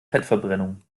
fettverbrennung